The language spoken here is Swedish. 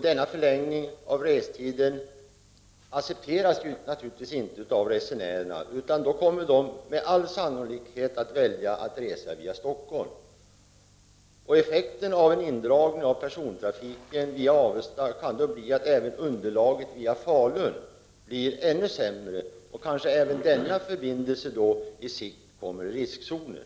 Denna förlängning av restiden accepteras naturligtvis inte av resenärerna, utan dessa kommer med all sannolikhet att välja att resa via Stockholm. Effekten av en indragning av persontrafiken via Avesta kan då bli att även underlaget för trafiken via Falun blir ännu sämre. Och även denna förbindelse kommer kanske på sikt i riskzonen.